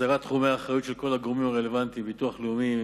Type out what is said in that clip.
הסדרת תחומי אחריות של כל הגורמים הרלוונטיים: הביטוח הלאומי,